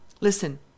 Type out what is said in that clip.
Listen